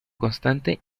constante